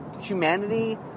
humanity